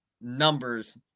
numbers